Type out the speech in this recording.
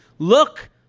Look